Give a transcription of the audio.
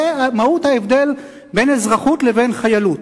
זאת מהות ההבדל בין אזרחות לבין חיילות.